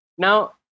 Now